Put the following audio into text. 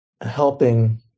helping